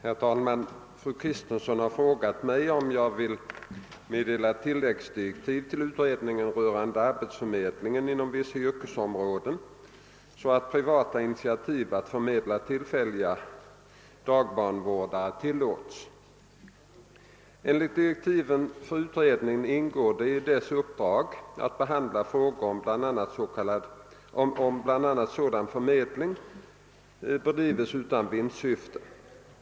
Herr talman! Fru Kristensson har frågat mig, om jag vill meddela tilläggsdirektiv till utredningen rörande arbetsförmedlingen inom vissa yrkesområden så att privata initiativ att förmedla tillfälliga dagbarnvårdare tillåts. Enligt direktiven för utredningen ingår det i dess uppdrag att behandla frågor om bl.a. sådan förmedling, bedriven utan vinstsyfte.